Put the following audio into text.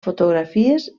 fotografies